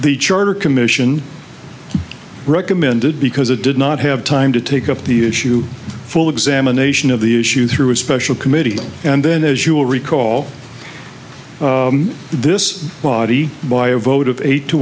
the charter commission recommended because it did not have time to take up the issue full examination of the issue through a special committee and then as you will recall all this waddy by a vote of eight to